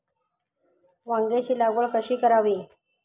वांग्यांची लागवड कशी करावी?